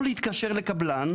או להתקשר לקבלן,